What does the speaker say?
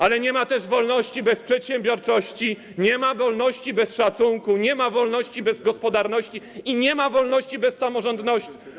Ale nie ma też wolności bez przedsiębiorczości, nie ma wolności bez szacunku, nie ma wolności bez gospodarności i nie ma wolności bez samorządności.